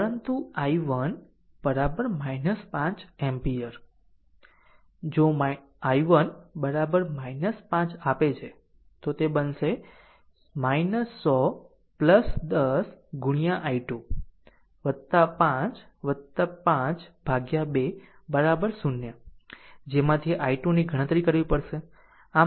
પરંતુ i1 5 ampere જો i1 5 આપે છે તો તે બનશે 100 10 i2 5 5 2 0 જેમાંથી i2 ની ગણતરી કરવી પડશે